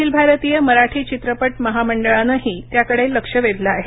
अखिल भारतीय मराठी चित्रपट महामंडळानंही त्याकडं लक्ष वेधलं आहे